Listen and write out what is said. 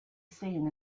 seen